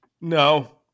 No